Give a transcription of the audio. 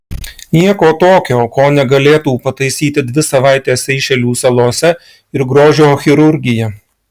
nieko tokio ko negalėtų pataisyti dvi savaitės seišelių salose ir grožio chirurgija